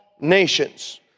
nations